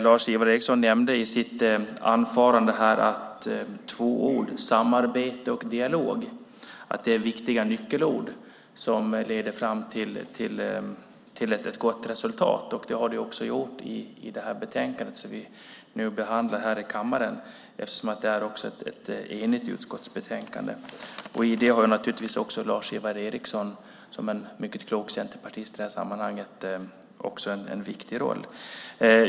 Lars-Ivar Ericson nämnde att två ord, samarbete och dialog, är viktiga nyckelord som leder fram till ett gott resultat. Så har också skett i det betänkande som vi nu behandlar här i kammaren eftersom vi är eniga om detta betänkande. I det har naturligtvis Lars-Ivar Ericson, som en mycket klok centerpartist i sammanhanget, spelat en viktig roll.